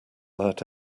that